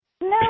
No